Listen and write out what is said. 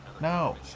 No